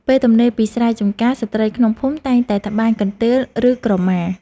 ពេលទំនេរពីស្រែចម្ការ ស្ត្រីក្នុងភូមិតែងតែត្បាញកន្ទេល ឬក្រមា។